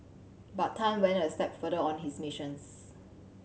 but Tan went a step further on his missions